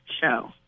show